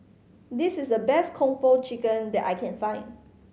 this is the best Kung Po Chicken that I can find